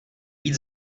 být